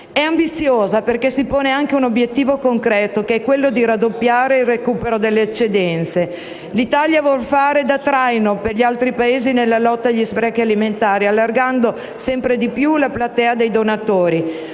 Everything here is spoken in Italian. è ambiziosa perché si pone anche un obiettivo concreto che è quello di raddoppiare il recupero delle eccedenze. L'Italia vuol fare da traino per gli altri Paesi nella lotta agli sprechi alimentari, allargando sempre di più la platea dei donatori.